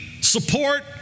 support